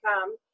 come